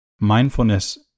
Mindfulness